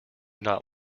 not